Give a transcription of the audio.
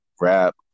rap